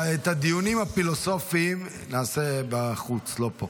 את הדיונים הפילוסופיים נעשה בחוץ, לא פה.